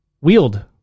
wield